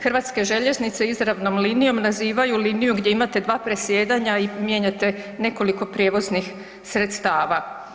Hrvatske željeznice izravnom linijom nazivaju liniju gdje imate dva presjedanja i mijenjate nekoliko prijevoznih sredstava.